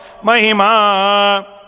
Mahima